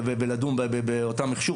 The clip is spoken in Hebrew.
ולדון באותו מכשור.